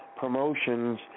promotions